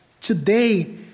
today